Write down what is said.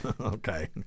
okay